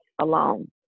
alone